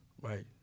Right